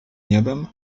niebem